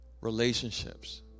relationships